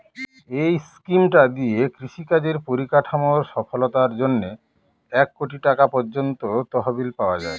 এই স্কিমটা দিয়ে কৃষি কাজের পরিকাঠামোর সফলতার জন্যে এক কোটি টাকা পর্যন্ত তহবিল পাওয়া যায়